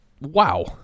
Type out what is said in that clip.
Wow